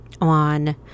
on